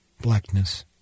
Blackness